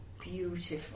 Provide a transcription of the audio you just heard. beautiful